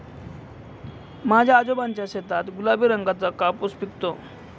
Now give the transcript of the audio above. माझ्या आजोबांच्या शेतात गुलाबी रंगाचा कापूस पिकतो